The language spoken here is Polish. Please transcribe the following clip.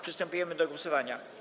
Przystępujemy do głosowania.